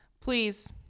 Please